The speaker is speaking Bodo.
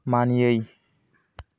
मानियै